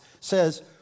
says